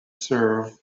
serve